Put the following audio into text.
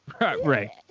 Right